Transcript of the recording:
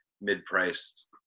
mid-priced